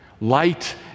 Light